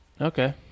Okay